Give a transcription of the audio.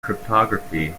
cryptography